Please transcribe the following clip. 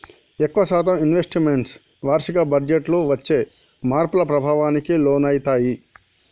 ఎక్కువ శాతం investments వార్షిక బడ్జెట్టు వచ్చే మార్పుల ప్రభావానికి లోనయితయ్యి